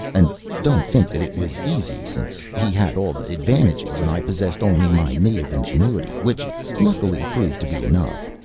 and don't think that it was easy since he had all the advantages and i possessed only my native ingenuity, which luckily proved to be enough.